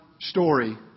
story